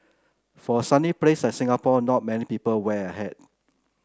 for a sunny place like Singapore not many people wear a hat